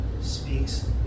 speaks